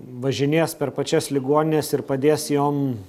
važinės per pačias ligonines ir padės jom